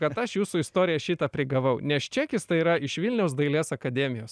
kad aš jūsų istoriją šitą prigavau nes čekis tai yra iš vilniaus dailės akademijos